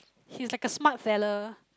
he's like a smart fella